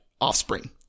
offspring